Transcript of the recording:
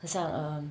很像 um